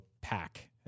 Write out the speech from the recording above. pack